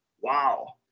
wow